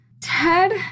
Ted